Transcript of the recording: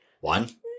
One